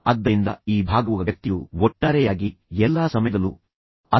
ಆದ್ದರಿಂದ ಈ ಭಾಗವುಃ ವ್ಯಕ್ತಿಯು ಒಟ್ಟಾರೆಯಾಗಿ ಎಲ್ಲಾ ಸಮಯದಲ್ಲೂ ಅತ್ಯುತ್ತಮವಾದದ್ದನ್ನು ನಿರೀಕ್ಷಿಸುತ್ತಾನೆ